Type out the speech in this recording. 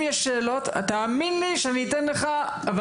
יש לך שאלות טובות, תאמין לי שאתן לך לשאול.